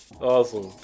awesome